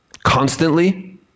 constantly